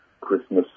Christmas